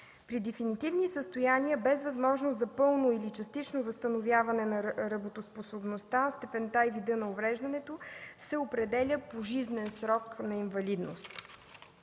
При дефинитивни състояния без възможност за пълно или частично възстановяване на работоспособността, степента и вида на увреждането се определя пожизнен срок на инвалидност.